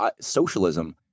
socialism